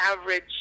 average